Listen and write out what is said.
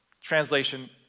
Translation